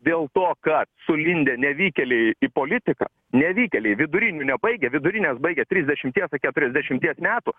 dėl to kad sulindę nevykėliai į politiką nevykėliai vidurinių nebaigę vidurines baigę trisdešimties ir keturiasdešimties metų